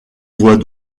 voit